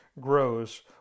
grows